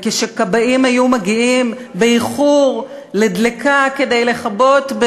וכשכבאים היו מגיעים באיחור לדלקה כדי לכבות,